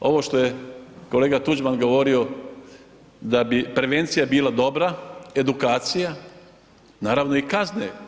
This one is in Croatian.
Ovo što je kolega Tuđman govorio da bi prevencija bila dobra, edukacija, naravno i kazne.